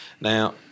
now